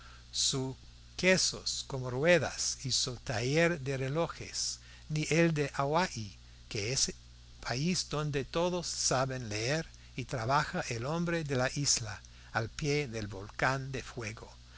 sus quesos como ruedas y su taller de relojes ni el de hawai que es país donde todos saben leer y trabaja el hombre de la isla al pie del volcán de fuego